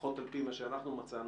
לפחות על פי מה שאנחנו מצאנו,